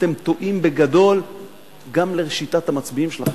אתם טועים בגדול גם לשיטת המצביעים שלכם.